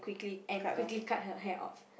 and quickly cut her hair off